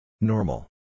Normal